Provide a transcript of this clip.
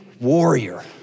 warrior